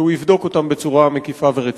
הוא יבדוק בצורה מקיפה ורצינית.